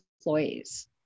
employees